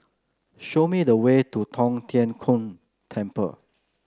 show me the way to Tong Tien Kung Temple